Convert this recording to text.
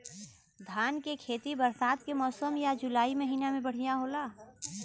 धान के खेती बरसात के मौसम या जुलाई महीना में बढ़ियां होला?